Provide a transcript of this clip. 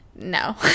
no